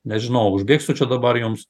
nežinau užbėgsiu čia dabar jums